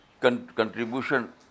contribution